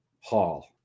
hall